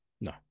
No